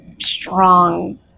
strong